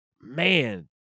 man